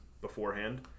beforehand